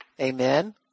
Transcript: Amen